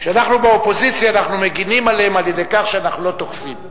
כשאנחנו באופוזיציה אנחנו מגינים עליהם על-ידי כך שאנחנו לא תוקפים.